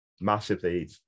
Massively